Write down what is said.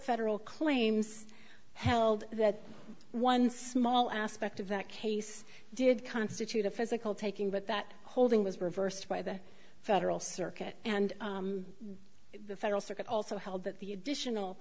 federal claims held that one small aspect of that case did constitute a physical taking but that holding was reversed by the federal circuit and the federal circuit also held that the